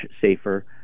safer